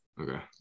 Okay